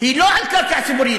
היא לא על קרקע ציבורית,